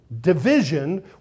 Division